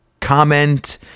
comment